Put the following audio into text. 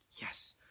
yes